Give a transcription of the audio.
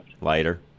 Lighter